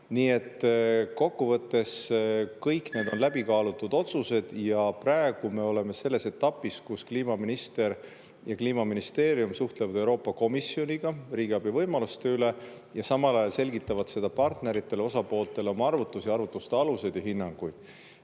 Nii et kokku võttes on kõik need otsused läbi kaalutud ja praegu me oleme selles etapis, kus kliimaminister ja Kliimaministeerium [arutavad] Euroopa Komisjoniga riigiabi võimaluste üle ja samal ajal selgitavad partneritele ja osapooltele oma arvutusi, arvutuste aluseid ja [nende